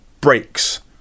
breaks